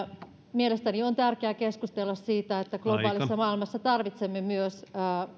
mielestäni on tärkeää keskustella siitä että globaalissa maailmassa tarvitsemme